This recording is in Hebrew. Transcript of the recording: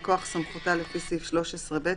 מכוח סמכותה לפי סעיף 13(ב),